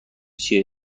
چیه